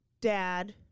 dad